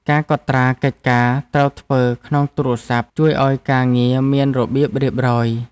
ការកត់ត្រាកិច្ចការត្រូវធ្វើ ក្នុងទូរស័ព្ទ ជួយឱ្យការងារមានរបៀបរៀបរយ។